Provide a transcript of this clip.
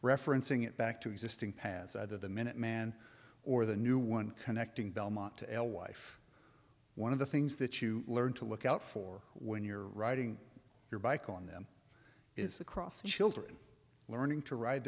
referencing it back to existing pads either the minuteman or the new one connecting belmont to el wife one of the things that you learn to look out for when you're riding your bike on them is across children learning to ride